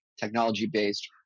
technology-based